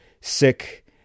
sick